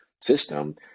system